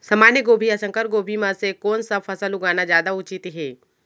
सामान्य गोभी या संकर गोभी म से कोन स फसल लगाना जादा उचित हे?